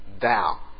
thou